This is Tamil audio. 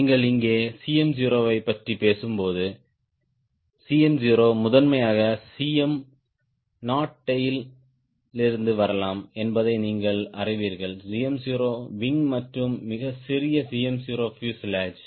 நீங்கள் இங்கே Cm0 ஐப் பற்றி பேசும்போது Cm0 முதன்மையாக Cm நாட் டேய்ல் இருந்து வரலாம் என்பதையும் நீங்கள் அறிவீர்கள் Cm0 விங் மற்றும் மிகச் சிறிய Cm0 பியூசேலாஜ்